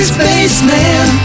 Spaceman